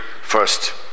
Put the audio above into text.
first